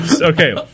Okay